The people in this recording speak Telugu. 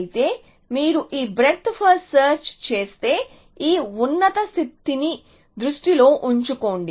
అయితే మీరు ఈ బ్రేడ్త్ ఫస్ట్ సెర్చ్ చేస్తే ఈ ఉన్నత స్థితిని దృష్టిలో ఉంచుకోండి